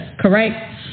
correct